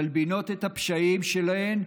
מלבינות את הפשעים שלהן,